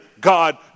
God